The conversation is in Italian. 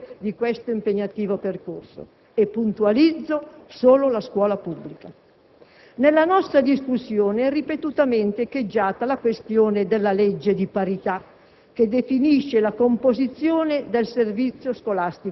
Ma, lo ripeto, solo la scuola può essere il promotore di questo impegnativo percorso. E puntualizzo: solo la scuola pubblica. Nella nostra discussione è ripetutamente echeggiata la questione della legge di parità,